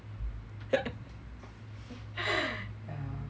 yeah